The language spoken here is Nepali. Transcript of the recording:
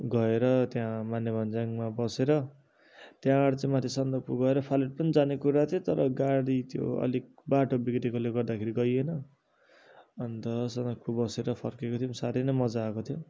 गएर त्यहाँ माने भन्ज्याङमा बसेर त्यहाँबाट चाहिँ माथि सन्दकपु गएर फालुट पनि जाने कुरा थियो तर गाडी त्यो अलिक बाटो बिग्रेकोले गर्दाखेरि गइएन अन्त सन्दकपु बसेर फर्केको थियौँ साह्रै नै मजा आएको थियो